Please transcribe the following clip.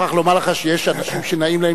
אני מוכרח לומר לך שיש אנשים שנעים להם